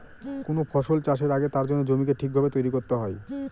কোন ফসল চাষের আগে তার জন্য জমিকে ঠিক ভাবে তৈরী করতে হয়